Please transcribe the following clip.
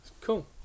cool